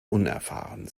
unerfahren